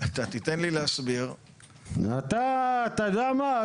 תיתן לי להסביר --- אתה יודע מה,